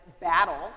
battle